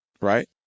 right